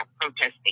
protesting